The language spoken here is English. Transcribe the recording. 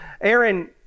Aaron